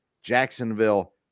Jacksonville